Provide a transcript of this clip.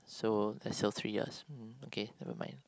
so S L three ah okay nevermind